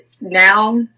now